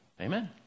Amen